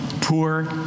poor